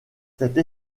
cette